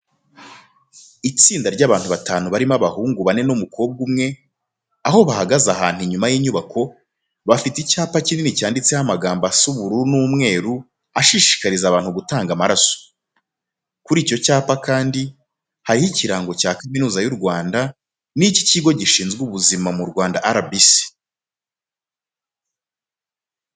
Itsinda ry'abantu batanu barimo abahungu bane n'umukobwa umwe, aho bahagaze ahantu inyuma y'inyubako, bafite icyapa kinini cyanditseho amagambo asa ubururu n'umweru ashishikariza abantu gutanga amaraso. Kuri icyo cyapa kandi, hariho ikirango cya Kaminuza y'u Rwanda n'icy'ikigo gishinzwe ubuzima mu Rwanda RBC.